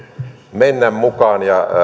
mennä mukaan ja